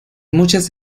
muchas